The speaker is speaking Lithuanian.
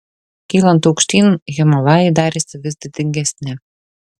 kylant aukštyn himalajai darėsi vis didingesni